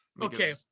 okay